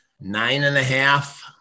nine-and-a-half